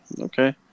Okay